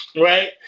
Right